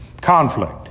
conflict